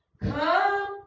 come